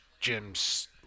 Jim's